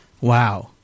Wow